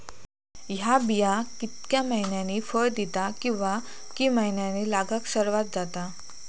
हया बिया कितक्या मैन्यानी फळ दिता कीवा की मैन्यानी लागाक सर्वात जाता?